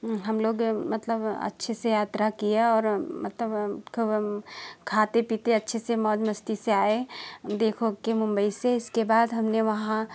हम लोग मतलब अच्छे से यात्रा किया और मतलब हम खबम खाते पीते अच्छे से मौज मस्ती से आए देख उख के मुंबई से उसके बाद हमने वहाँ